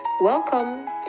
Welcome